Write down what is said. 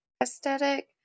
aesthetic